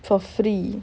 for free